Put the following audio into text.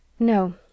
No